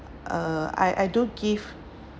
uh I I don't give